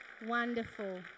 Wonderful